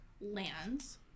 lands